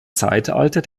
zeitalter